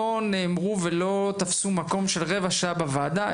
נאמרו ולא תפסו מקום של רבע שעה בוועדה,